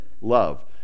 love